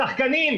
שחקנים,